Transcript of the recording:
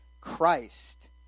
Christ